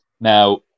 Now